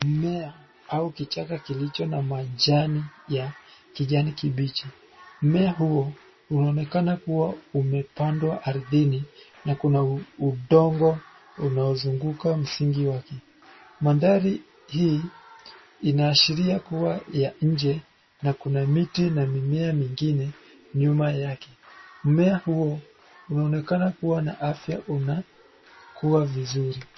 Mmea au kichaka kilicho na majani ya kijani kibichi. Mmea huo unaonekana kuwa umepandwa ardhini na kuna udongo unaozunguka msingi wake. Mandhari hii inaashiria kuwa ya nje na kuna miti na mimea mingine nyuma yake. Mmea huo unaonekana kuwa na afya unakuwa vizuri.